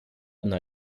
una